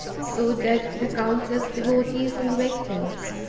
so did the countless devotees and victims.